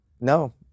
No